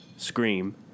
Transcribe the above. scream